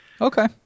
Okay